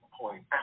point